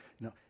No